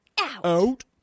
Out